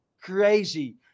crazy